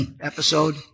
episode